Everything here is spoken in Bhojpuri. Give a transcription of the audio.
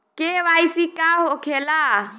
के.वाइ.सी का होखेला?